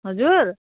हजुर